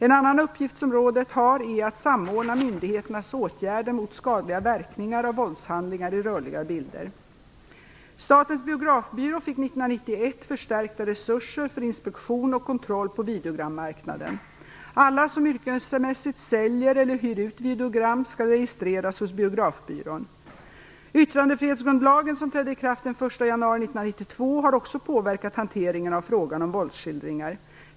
En annan uppgift som rådet har är att samordna myndigheternas åtgärder mot skadliga verkningar av våldshandlingar i rörliga bilder. Statens biografbyrå fick 1991 förstärkta resurser för inspektion och kontroll på videogrammarknaden. Alla som yrkesmässigt säljer eller hyr ut videogram skall registreras hos biografbyrån. Yttrandefrihetsgrundlagen, som trädde i kraft den 1 januari 1992, har också påverkat hanteringen av frågan om våldsskildringar.